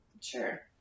Sure